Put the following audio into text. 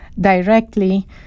directly